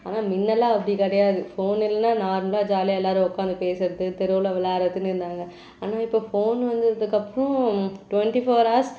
ஆனால் முன்னெல்லாம் அப்படி கிடையாது ஃபோன் இல்லைன்னா நார்மலாக ஜாலியாக எல்லாரும் உட்காந்து பேசுகிறது தெருவில் விளாயாட்றதுன்னு இருந்தாங்கள் ஆனால் இப்போ ஃபோன் வந்துவிட்டதுக்கப்பறம் டுவெண்ட்டி ஃபோர் ஹார்ஸ்